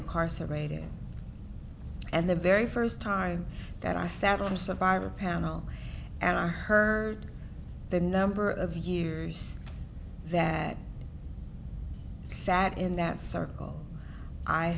incarcerated and the very first time that i sat on survivor panel and i heard the number of years that sat in that circle i